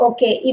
Okay